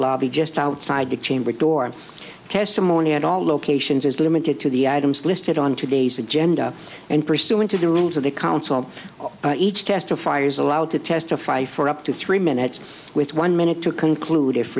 lobby just outside the chamber door testimony and all locations is limited to the items listed on today's agenda and pursuant to the rules of the council each testifiers allowed to testify for up to three minutes with one minute to conclude if